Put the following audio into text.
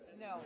No